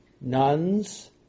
nuns